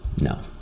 no